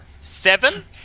SEVEN